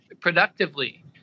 productively